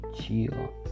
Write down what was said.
Chill